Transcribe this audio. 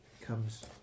comes